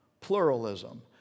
Pluralism